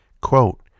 Quote